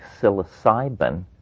psilocybin